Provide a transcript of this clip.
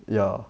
ya